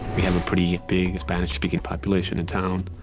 we have a pretty big spanish-speaking population in town,